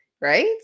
right